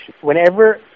Whenever